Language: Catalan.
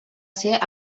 ser